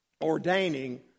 ordaining